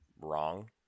wrong